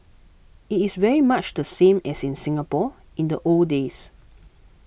it is very much the same as in Singapore in the old days